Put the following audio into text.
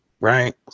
right